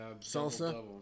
salsa